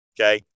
Okay